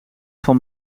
van